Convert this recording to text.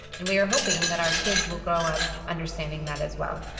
and we are hoping that our kids will grow up understanding that as well.